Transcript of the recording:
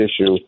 issue